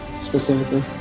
specifically